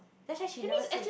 that's why she never say